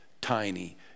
tiny